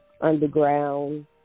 underground